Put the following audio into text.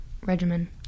regimen